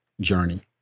journey